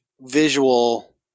visual